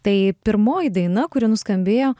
tai pirmoji daina kuri nuskambėjo